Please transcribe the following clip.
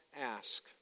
ask